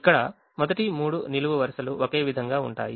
ఇక్కడ మొదటి 3 నిలువు వరుసలు ఒకే విధంగా ఉంటాయి